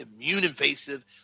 immune-invasive